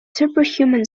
superhuman